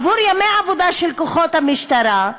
עבור ימי העבודה של כוחות המשטרה,